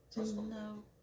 No